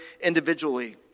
individually